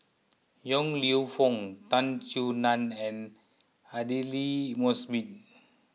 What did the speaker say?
Yong Lew Foong Tan Soo Nan and Aidli Mosbit